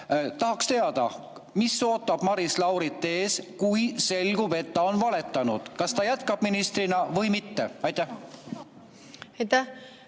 Tahaksin teada, mis ootab ees Maris Laurit, kui selgub, et ta on valetanud. Kas ta jätkab ministrina või mitte? Aitäh!